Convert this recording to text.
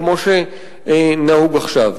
כמו שנהוג עכשיו.